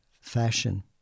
fashion